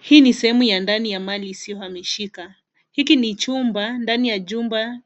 Hii ni sehemu ya ndani ya mali isiyohamishika. Hiki ni chumba, ndani ya jumba